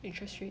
interest rate